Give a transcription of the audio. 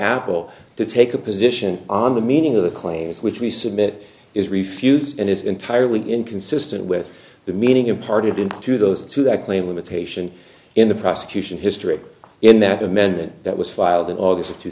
apple to take a position on the meaning of the claims which we submit is refutes and it's entirely inconsistent with the meaning imparted into those two that claim limitation in the prosecution history in that amendment that was filed in august of two